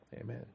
Amen